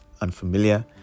unfamiliar